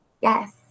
Yes